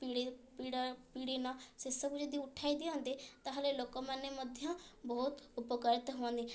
ପିଡ଼ିନ ସେସବୁ ଯଦି ଉଠାଇ ଦିଅନ୍ତେ ତା'ହେଲେ ଲୋକମାନେ ମଧ୍ୟ ବହୁତ ଉପକୃତ ହୁଅନ୍ତେ